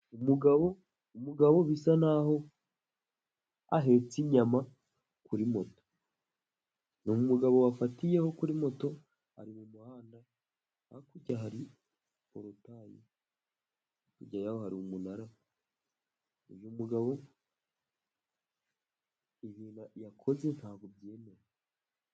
Umugabo, umugabo bisa naho ahetse inyama kuri moto, ni umugabo wafatiyeho kuri moto ari mu muhanda, hakurya hari porutaye, hirya yaho hari umunara. Uyu mugabo ibintu yakoze ntabwo byemewe.